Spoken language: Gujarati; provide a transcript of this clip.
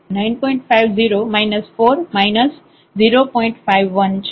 5 1 છે